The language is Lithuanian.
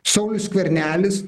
saulius skvernelis